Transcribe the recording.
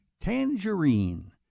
Tangerine